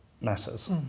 matters